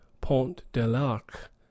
Pont-de-l'Arc